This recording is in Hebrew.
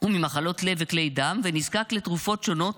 וממחלות לב וכלי דם ונזקק לתרופות שונות